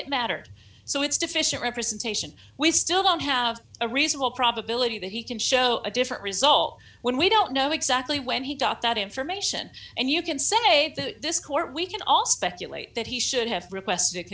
it mattered so it's deficient representation we still don't have a reasonable probability that he can show a different result when we don't know exactly when he got that information and you can say this court we can all speculate that he should have requested